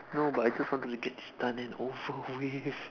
no but I just want to get this done and over with